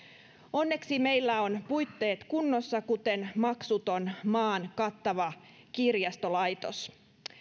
onneksi meillä on puitteet kunnossa kuten maksuton maan kattava kirjastolaitos